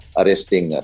arresting